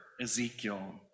Ezekiel